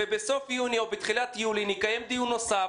ובסוף יוני או בתחילת יולי נקיים דיון נוסף